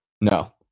No